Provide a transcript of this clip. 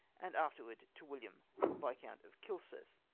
and afterward to william viscount of kilsyth.